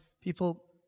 people